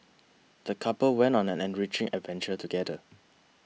the couple went on an enriching adventure together